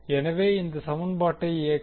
எனவே இந்த சமன்பாட்டை XL